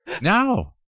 no